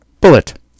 Bullet